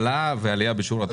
באבטלה ועלייה בשיעור התעסוקה.